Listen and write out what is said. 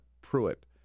Pruitt